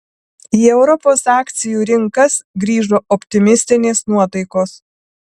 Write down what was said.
į europos akcijų rinkas grįžo optimistinės nuotaikos